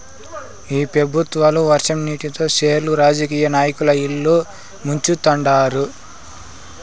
ఈ పెబుత్వాలు వర్షం నీటితో సెర్లు రాజకీయ నాయకుల ఇల్లు ముంచుతండారు